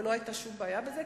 ולא היתה שום בעיה בזה,